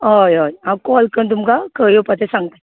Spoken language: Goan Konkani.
हय हय हांव कॉल करून तुमकां खंय येवपाचें सांगता